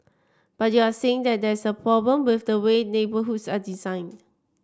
but you're saying that there is a problem with the way neighbourhoods are designed